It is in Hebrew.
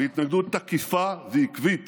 בהתנגדות תקיפה ועקבית